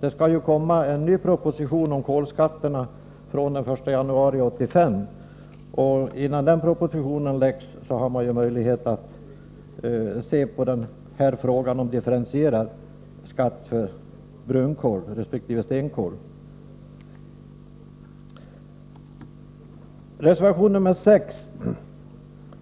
Det skall ju komma en ny proposition om kolskatterna från den 1 januari 1985, och innan den läggs fram har man möjlighet att se på frågan om differentierad skatt på brunkol resp. stenkol. Reservation 6